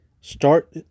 start